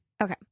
Okay